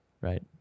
right